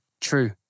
True